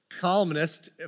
columnist